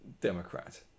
Democrat